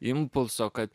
impulso kad